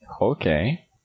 Okay